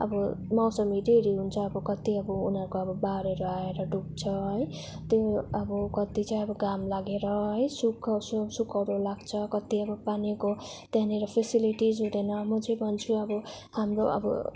अब मौसम हेरिहेरि हुन्छ अब कति अब उनीहरूको बाढहरू आएर डुब्छ है त्यो अब कति चाहिँ अब घाम लागेर सुख सुकाउरो लाग्छ कति अब पानीको त्यहाँनिर फेसेलिटिज हुँदैन म चाहिँ भन्छु हाम्रो अब